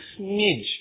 smidge